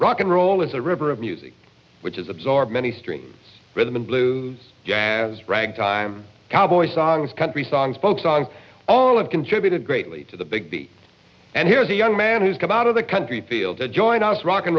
rock and roll is a river of music which is absorb many street rhythm and blues jazz ragtime cowboy songs country songs folk songs all of contributed greatly to the big the and here's a young man who's come out of the country field to join us